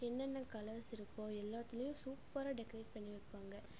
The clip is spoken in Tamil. என்னென்ன கலர்ஸ் இருக்கோ எல்லாத்திலயும் சூப்பராக டெக்ரேட் பண்ணி வைப்பாங்க